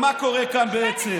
כל פעם מפלגה אחרת חוסמת אתכם.